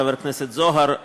חבר הכנסת זוהר,